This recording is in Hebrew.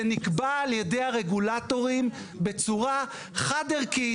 זה נקבע על-ידי הרגולטורים בצורה חד-ערכית